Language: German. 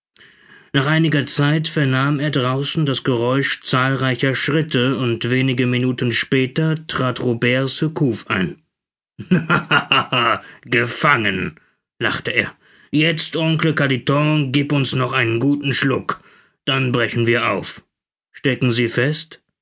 nach einiger zeit vernahm er draußen das geräusch zahlreicher schritte und wenige minuten später trat robert surcouf ein gefangen lachte er jetzt oncle carditon gib uns noch einen guten schluck dann brechen wir auf stecken sie fest